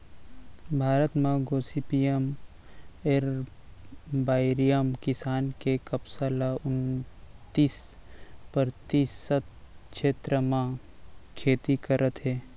भारत म gossypium arboreum किसम के कपसा ल उन्तीस परतिसत छेत्र म खेती करत हें